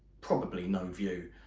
probably no view,